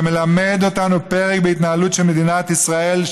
זה מלמד אותנו פרק בהתנהלות של מדינת ישראל,